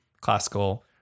classical